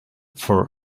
for